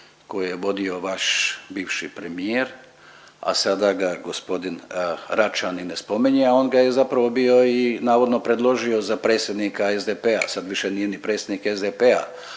koje je vodio vaš bivši premijer, a sada ga gospodin Račan i ne spominje, a on ga je zapravo bio i navodno predložio za predsjednika SDP-a, sad više nije ni predsjednik SDP-a